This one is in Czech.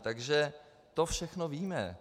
Takže to všechno víme.